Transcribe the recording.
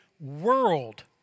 world